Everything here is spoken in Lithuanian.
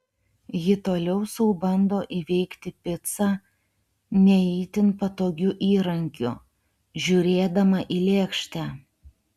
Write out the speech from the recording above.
ji toliau sau bando įveikti picą ne itin patogiu įrankiu žiūrėdama į lėkštę